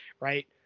Right